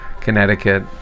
connecticut